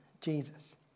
Jesus